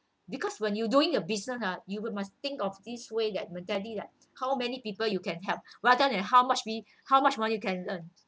because when you're doing a business ah you would must think of this way that mentally that how many people you can help rather than how much we how much money you can earn